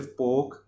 pork